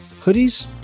hoodies